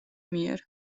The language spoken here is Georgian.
მიერ